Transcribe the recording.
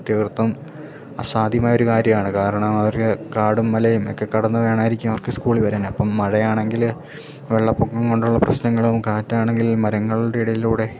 തീർത്തും അസാധ്യമായൊരു കാര്യമാണ് കാരണം അവര് കാടും മലയും ഒക്കെ കടന്ന് വേണമായിരിക്കും അവർക്ക് സ്കൂളിൽ വരാനപ്പം മഴയാണങ്കില് വെള്ളപ്പൊക്കം കൊണ്ടുള്ള പ്രശ്നങ്ങളും കാറ്റാണെങ്കിൽ മരങ്ങളുടെ ഇടയിലൂടെ